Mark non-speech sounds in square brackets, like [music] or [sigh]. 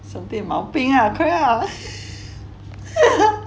something about 病 ah correct lah [laughs]